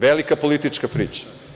Velika politička priča.